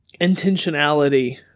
intentionality